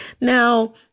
Now